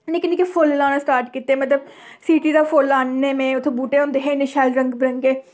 नि'क्के नि'क्के फुल्ल लाना स्टार्ट कीते मतलब सिटी दा फुल्ल आह्नने में उ'त्थुं बूह्टे होंदे हे इ'न्ने शैल रंग बरंगे